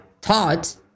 taught